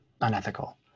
unethical